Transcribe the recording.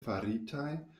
faritaj